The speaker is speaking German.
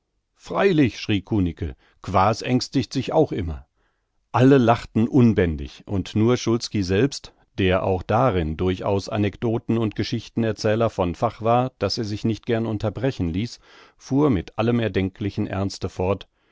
freilich schrie kunicke quaas ängstigt sich auch immer alle lachten unbändig und nur szulski selbst der auch darin durchaus anekdoten und geschichten erzähler von fach war daß er sich nicht gern unterbrechen ließ fuhr mit allem erdenklichen ernste fort